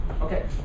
Okay